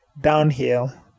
downhill